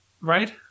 right